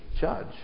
judge